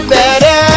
better